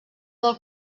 del